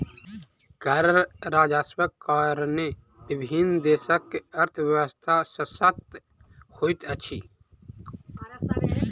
कर राजस्वक कारणेँ विभिन्न देशक अर्थव्यवस्था शशक्त होइत अछि